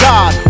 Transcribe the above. God